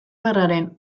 gerraren